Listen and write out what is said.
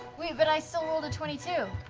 wait, but i still rolled a twenty two.